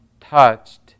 touched